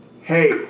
Hey